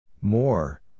More